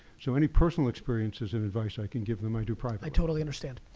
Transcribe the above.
so any personal experiences and advice i can give them, i do privately. i totally understand.